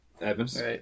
Evans